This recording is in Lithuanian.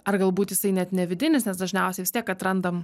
ar galbūt jisai net ne vidinis nes dažniausiai vis tiek atrandam